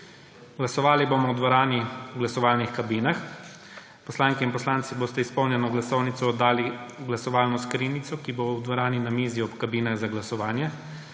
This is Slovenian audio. Glasovali bomo v dvorani v glasovalnih kabinah. Poslanke in poslanci boste izpolnjeno glasovnico oddali v glasovalno skrinjico, ki bo v dvorani na mizi ob kabinah za glasovanje.